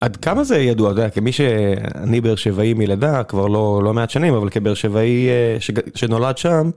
עד כמה זה ידוע כמי שבאר שבעי מלידה כבר לא מעט שנים אבל כבאר שבעי שנולד שם